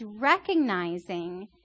recognizing